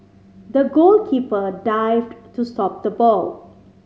the goalkeeper dived to stop the ball